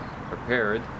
prepared